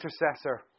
intercessor